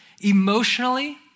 Emotionally